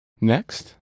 Next